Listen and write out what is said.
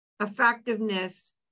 effectiveness